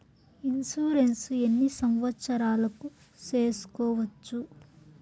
Insurance ఎన్ని సంవత్సరాలకు సేసుకోవచ్చు?